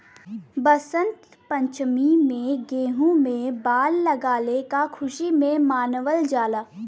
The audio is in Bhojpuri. वसंत पंचमी में गेंहू में बाल लगले क खुशी में मनावल जाला